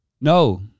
No